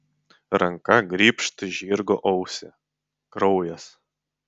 ranka grybšt žirgo ausį kraujas